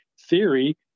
theory